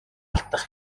алдах